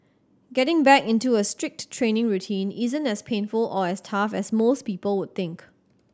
getting back into a strict training routine isn't as painful or as tough as most people would think